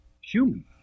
Human